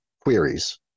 queries